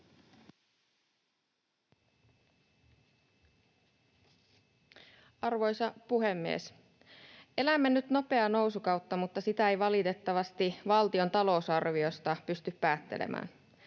Arvoisa puhemies! Elämme nyt nopeaa nousukautta, mutta sitä ei valitettavasti valtion talousarviosta pysty päättelemään.